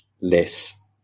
less